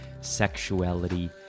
sexuality